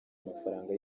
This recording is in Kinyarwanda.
amafaranga